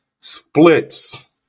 splits